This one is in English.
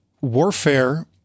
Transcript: warfare